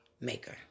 maker